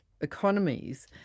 economies